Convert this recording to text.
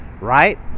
Right